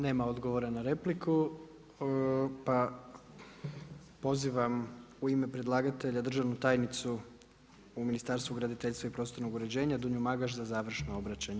Nema odgovora na repliku, pa pozivam u ime predlagatelja državnu tajnicu u ministarstvu graditeljstva i prostornog uređenja Dunju Magaš za završno obraćanje.